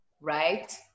right